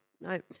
no